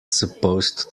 supposed